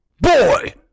Boy